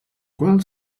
qual